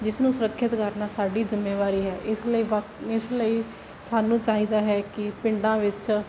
ਜਿਸਨੂੰ ਸੁਰੱਖਿਅਤ ਕਰਨਾ ਸਾਡੀ ਜ਼ਿੰਮੇਵਾਰੀ ਹੈ ਇਸ ਲਈ ਵ ਇਸ ਲਈ ਸਾਨੂੰ ਚਾਹੀਦਾ ਹੈ ਕਿ ਪਿੰਡਾਂ ਵਿੱਚ